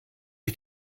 ich